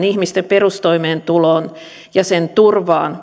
ihmisten perustoimeentuloon ja sen turvaan